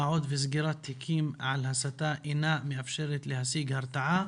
מה עוד שסגירת תיקים על הסתה אינה מאפשרת להשיג הרתעה